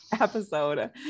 episode